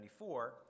1994